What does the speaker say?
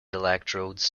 electrodes